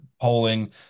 polling